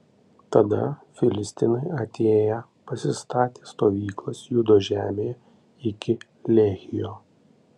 tada filistinai atėję pasistatė stovyklas judo žemėje iki lehio